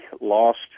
lost